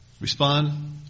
Respond